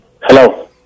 Hello